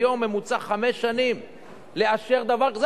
היום בממוצע חמש שנים לאשר דבר כזה.